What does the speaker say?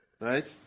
right